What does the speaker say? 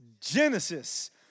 Genesis